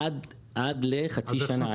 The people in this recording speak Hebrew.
עד לחצי השנה.